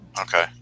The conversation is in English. okay